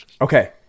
Okay